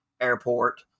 airport